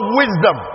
wisdom